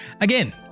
again